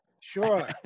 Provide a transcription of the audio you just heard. sure